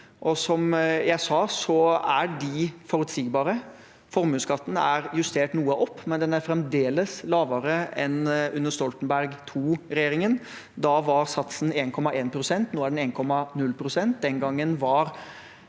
som jeg sa, er de forutsigbare. Formuesskatten er justert noe opp, men den er fremdeles lavere enn den var under Stoltenberg II-regjeringen. Da var satsen 1,1 pst., nå er den 1,0 pst.